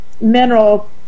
mineral